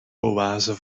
oase